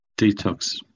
detox